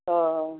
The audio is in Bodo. अह